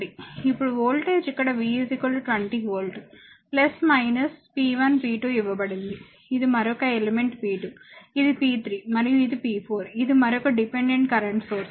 ఇప్పుడు వోల్టేజ్ ఇక్కడ v 20 volt p1 p2 ఇవ్వబడింది ఇది మరొక ఎలిమెంట్ p2 ఇది p3 మరియు ఇది p4 ఇది మరొక డిపెండెంట్ కరెంట్ సోర్స్